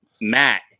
Matt